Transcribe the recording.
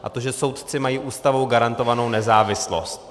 A to že soudci mají Ústavou garantovanou nezávislost.